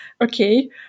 Okay